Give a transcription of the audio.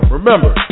Remember